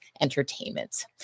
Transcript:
entertainment